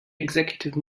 executive